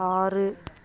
ஆறு